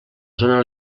zona